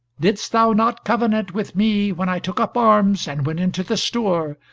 didst thou not covenant with me when i took up arms, and went into the stour,